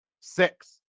six